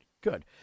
good